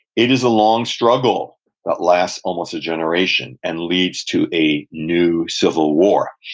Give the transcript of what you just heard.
it is a long struggle that lasts almost a generation and leads to a new civil war.